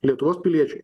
lietuvos piliečiai